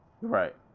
Right